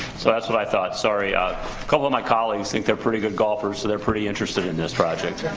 so that's what i thought. sorry. a couple of my colleagues think they're pretty good golfers, so they're pretty interested in this project.